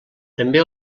també